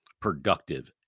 productive